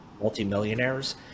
multimillionaires